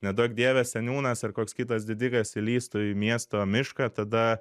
neduok dieve seniūnas ar koks kitas didikas įlįstų į miesto mišką tada